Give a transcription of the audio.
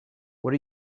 what